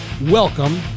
Welcome